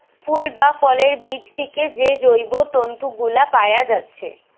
ফুল বা ফলের বীজ থিকে যে জৈব তন্তু গুলা পায়া যাচ্ছে